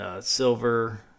silver